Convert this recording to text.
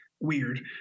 weird